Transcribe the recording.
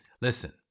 Listen